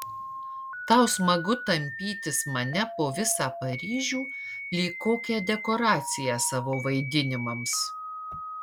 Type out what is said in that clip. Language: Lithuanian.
tau smagu tampytis mane po visą paryžių lyg kokią dekoraciją savo vaidinimams